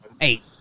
eight